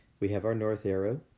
we have our north arrow.